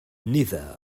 neither